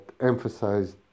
emphasized